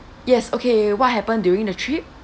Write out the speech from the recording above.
yes okay what happened during the trip